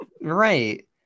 Right